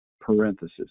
parenthesis